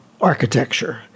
architecture